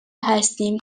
هستیم